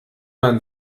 man